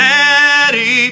Daddy